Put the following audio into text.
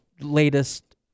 latest